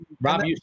Rob